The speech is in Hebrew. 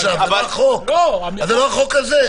זה גם ככה -- זה לא החוק הזה.